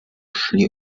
szli